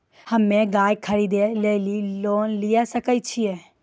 हम्मे गाय खरीदे लेली लोन लिये सकय छियै?